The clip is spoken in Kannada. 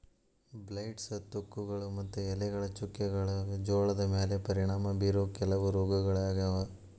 ಬ್ಲೈಟ್ಸ್, ತುಕ್ಕುಗಳು ಮತ್ತು ಎಲೆಗಳ ಚುಕ್ಕೆಗಳು ಜೋಳದ ಮ್ಯಾಲೆ ಪರಿಣಾಮ ಬೇರೋ ಕೆಲವ ರೋಗಗಳಾಗ್ಯಾವ